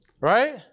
Right